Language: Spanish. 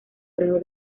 grado